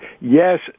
yes